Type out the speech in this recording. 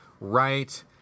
right